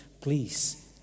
please